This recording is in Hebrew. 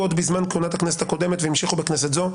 עוד בזמן כהונת הכנסת הקודמת והמשיכו בכנסת זו,